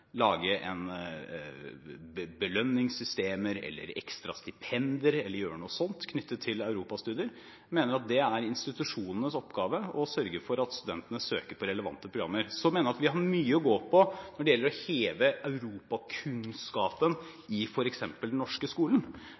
belønningssystemer eller ekstra stipender eller gjøre noe sånt knyttet til europastudier. Jeg mener at det er institusjonenes oppgave å sørge for at studentene søker på relevante programmer. Så mener jeg at vi har mye å gå på når det gjelder å heve europakunnskapen i f.eks. den norske skolen.